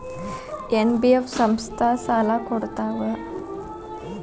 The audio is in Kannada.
ಎನ್.ಬಿ.ಎಫ್ ಸಂಸ್ಥಾ ಸಾಲಾ ಕೊಡ್ತಾವಾ?